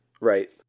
Right